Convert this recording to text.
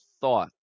thought